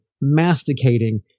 masticating